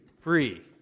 free